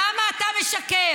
למה אתה משקר?